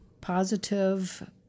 positive